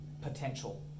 potential